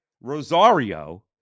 Rosario